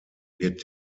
wird